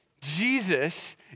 Jesus